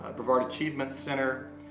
ah brevard achievement center,